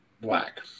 Black